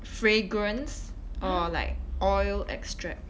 fragrance or like oil extract